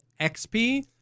XP